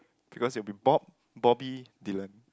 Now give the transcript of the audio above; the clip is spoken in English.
because you've been Bob Bobby Dillon